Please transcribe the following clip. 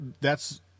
thats